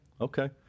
Okay